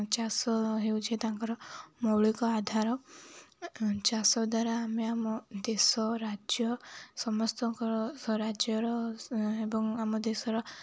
ଚାଷ ହେଉଛି ତାଙ୍କର ମୌଳିକ ଆଧାର ଚାଷ ଦ୍ୱାରା ଆମେ ଆମ ଦେଶ ରାଜ୍ୟ ସମସ୍ତଙ୍କ ରାଜ୍ୟର ଏବଂ ଆମ ଦେଶର